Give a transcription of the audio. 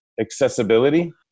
accessibility